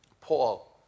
Paul